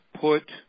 put